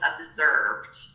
observed